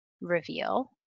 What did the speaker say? reveal